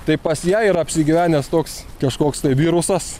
tai pas ją yra apsigyvenęs toks kažkoks tai virusas